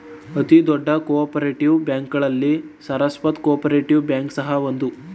ಅತಿ ದೊಡ್ಡ cooperative ಬ್ಯಾಂಕ್ಗಳಲ್ಲಿ ಸರಸ್ವತ್ ಕೋಪರೇಟಿವ್ ಬ್ಯಾಂಕ್ ಸಹ ಒಂದು